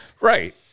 Right